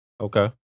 Okay